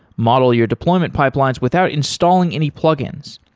model your deployment pipelines without installing any plug-ins.